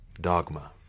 dogma